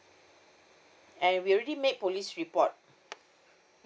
and we already made police report